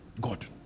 God